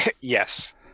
yes